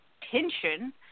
tension